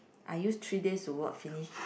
I use three days to watch finish